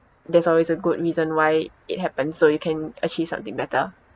there's always a good reason why it happens so you can achieve something better